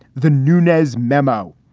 the nunez memo.